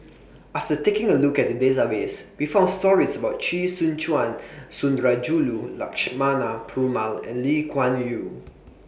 after taking A Look At The Database We found stories about Chee Soon Juan Sundarajulu Lakshmana Perumal and Lee Kuan Yew